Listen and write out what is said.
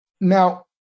Now